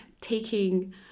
taking